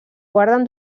guarden